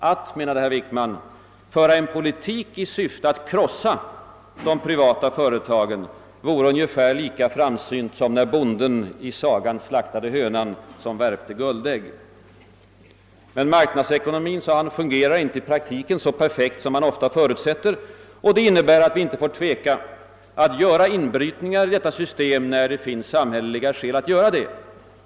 Att, menade han, »föra en politik i syfte att krossa de privata företagen vore ungefär lika framsynt som när bonden i sagan slaktade hönan som värpte guldägg». Men marknadsekonomin — menade han — fungerar i praktiken inte så perfekt som man ofta förutsätter, och det innebär att vi inte får »tveka att göra inbrytningar i detta system när det finns samhälleliga skäl att göra det».